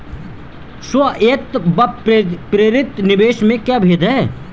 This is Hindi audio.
स्वायत्त व प्रेरित निवेश में क्या भेद है?